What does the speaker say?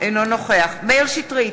אינו נוכח מאיר שטרית,